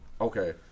Okay